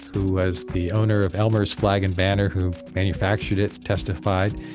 who was the owner of elmer's flag and banner, who manufactured it, testified.